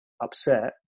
upset